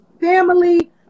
family